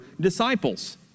disciples